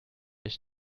ich